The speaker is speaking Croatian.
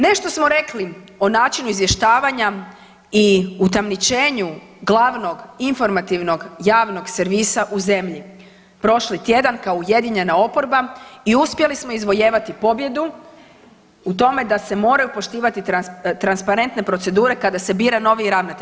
Nešto smo rekli o načinu izvještavanja i utamničenju glavnog informativnog javnog servisa u zemlji prošli tjedan kao ujedinjena oporba i uspjeli smo izvojevati pobjedu u tome da se moraju poštivati transparentne procedure kada se bira novi ravnatelj.